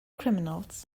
criminals